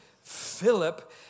Philip